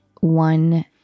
one